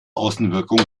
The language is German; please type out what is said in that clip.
außenwirkung